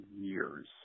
years